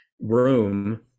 room